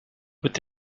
peut